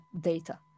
data